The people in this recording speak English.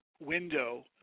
window